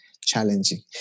challenging